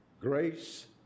grace